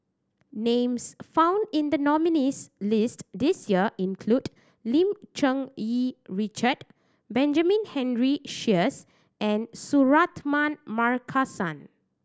names found in the nominees' list this year include Lim Cherng Yih Richard Benjamin Henry Sheares and Suratman Markasan